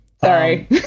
Sorry